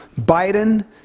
Biden